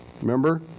Remember